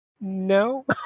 No